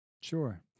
Sure